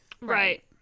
Right